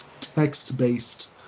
text-based